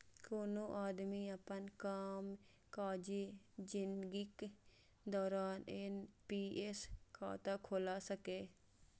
कोनो आदमी अपन कामकाजी जिनगीक दौरान एन.पी.एस खाता खोला सकैए